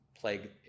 plague